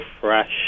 fresh